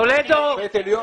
שופט עליון.